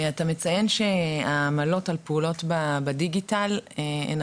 אתה מציין שהעמלות על פעולות בדיגיטל הן